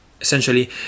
Essentially